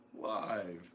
live